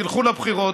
תלכו לבחירות,